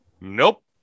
Nope